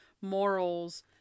morals